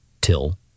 till